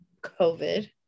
COVID